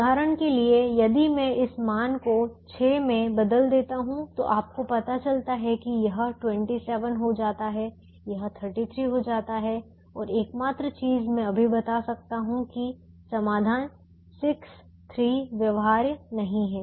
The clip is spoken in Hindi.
उदाहरण के लिए यदि मैं इस मान को 6 में बदल देता हूं तो आपको पता चलता है कि यह 27 हो जाता है यह 33 हो जाता है और एकमात्र चीज मैं अभी बता सकता हूं कि समाधान 63 व्यवहार्य नहीं है